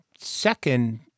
second